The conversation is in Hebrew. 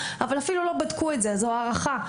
אבל אפילו לא בדקו את זה; זו הערכה.